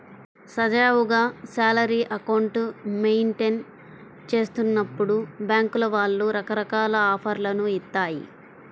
సజావుగా salary account maintain చేస్తున్నప్పుడు బ్యేంకుల వాళ్ళు రకరకాల ఆఫర్లను ఇత్తాయి